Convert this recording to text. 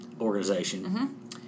organization